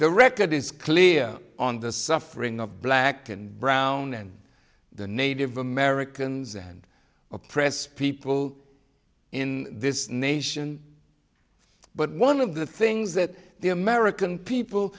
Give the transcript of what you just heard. the record is clear on the suffering of black and brown and the native americans and oppressed people in this nation but one of the things that the american people